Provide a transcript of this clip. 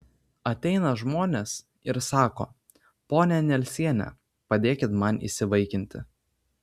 ateina žmonės ir sako ponia nelsiene padėkit man įsivaikinti